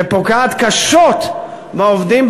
ופוגעת קשות בעובדים,